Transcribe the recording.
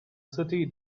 city